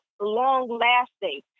long-lasting